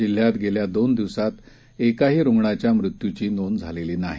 जिल्ह्यातगेल्यादोनदिवसांतएकाहीरुग्णाच्यामृत्यूचीनोंदझालेलीनाही